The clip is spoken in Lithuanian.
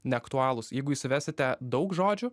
neaktualūs jeigu jūs įsivesite daug žodžių